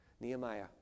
Nehemiah